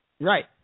Right